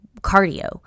cardio